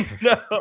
No